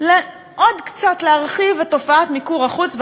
עוד קצת להרחיב את תופעת מיקור-החוץ,